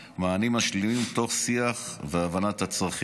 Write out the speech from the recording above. משלימות תוך שיח והבנת הצרכים.